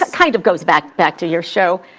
ah kind of goes back back to your show.